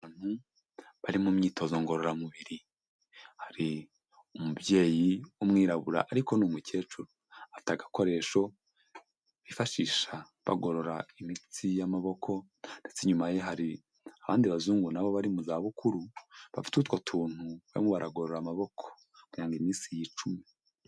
Abantu bari mu myitozo ngororamubiri, hari umubyeyi w'umwirabura ariko ni' umukecuru ata agakoresho bifashisha bagorora imitsi y'amaboko, ndetse inyuma ye hari abandi bazungu nabo bari mu za bukuru bafite utwo tuntu, barimo baragorora amaboko kugira ngo iminsi yicume.